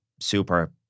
super